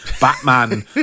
batman